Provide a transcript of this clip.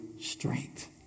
strength